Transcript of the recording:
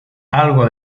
algo